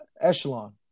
echelon